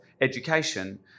education